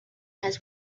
has